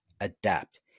Adapt